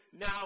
now